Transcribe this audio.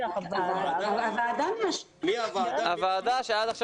הוועדה שעד עכשיו